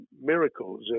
miracles